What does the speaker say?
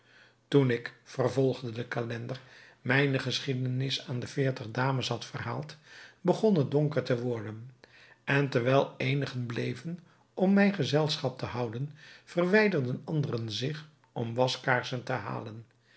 toen ik vervolgde de calender mijne geschiedenis aan de veertig dames had verhaald begon het donker te worden en terwijl eenigen bleven om mij gezelschap te houden verwijderden anderen zich om waskaarsen te halen